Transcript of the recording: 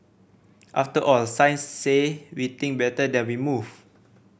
after all science say we think better when we move